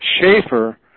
Schaefer